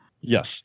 Yes